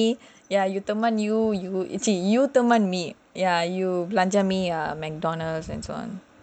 you also tamil me ya you tamil me ya you belanja me a McDonald's and so on